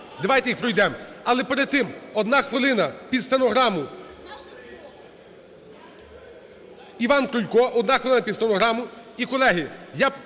давайте їх пройдемо. Але перед тим одна хвилина, під стенограму, Іван Крулько. 1 хвилина під стенограму.